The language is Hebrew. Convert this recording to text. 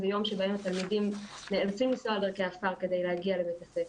זה יום שבהם התלמידים נאלצים לנסוע בדרכי עפר כדי להגיע לבית הספר.